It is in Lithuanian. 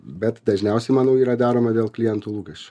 bet dažniausiai manau yra daroma dėl klientų lūkesčių